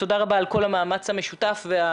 תודה רבה על כל המאמץ המשותף והאחריות